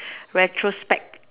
retrospect